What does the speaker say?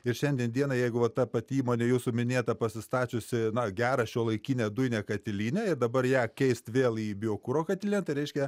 ir šiandien dienai jeigu va ta pati įmonė jūsų minėta pasistačiusi na gerą šiuolaikinę dujinę katilinę ir dabar ją keist vėl į biokuro katilinę tai reiškia